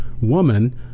woman